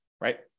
right